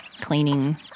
cleaning